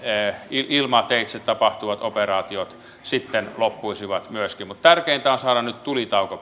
ilmateitse tapahtuvat operaatiot sitten loppuisivat myöskin mutta tärkeintä on saada nyt tulitauko